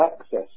access